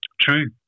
true